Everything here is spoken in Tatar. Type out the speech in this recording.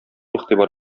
игътибар